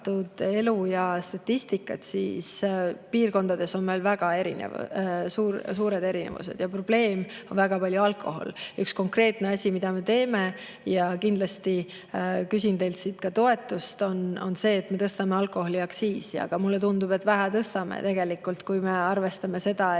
elu kohta, siis piirkondades on väga suured erinevused. Probleem on väga palju alkohol. Üks konkreetne asi, mida me teeme, ja kindlasti küsin teilt selleks ka toetust, on see, et me tõstame alkoholiaktsiisi. Aga mulle tundub, et vähe tõstame tegelikult, kui me arvestame seda, et